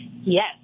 Yes